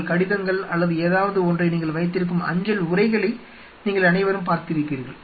உங்கள் கடிதங்கள் அல்லது ஏதாவது ஒன்றை நீங்கள் வைத்திருக்கும் அஞ்சல் உறைகளை நீங்கள் அனைவரும் பார்த்திருபீர்கள்